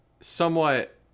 somewhat